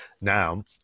Now